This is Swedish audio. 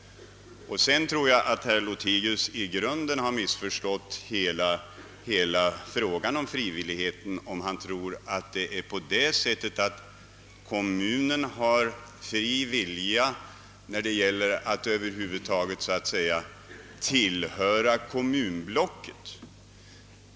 För det andra finner jag att herr Lothigius i grunden har missförstått hela frågan om frivilligheten, om han tror att kommunerna har fri vilja när det gäller att över huvud taget tillhöra kommunblock.